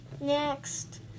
next